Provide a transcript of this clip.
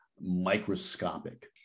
microscopic